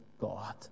God